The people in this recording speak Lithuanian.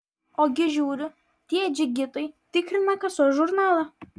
ogi žiūriu tie džigitai tikrina kasos žurnalą